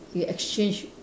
they exchange